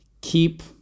Keep